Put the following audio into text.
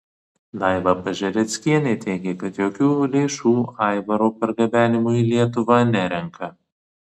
daiva pažereckienė teigė kad jokių lėšų aivaro pargabenimui į lietuvą nerenka